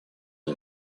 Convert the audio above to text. are